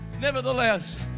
Nevertheless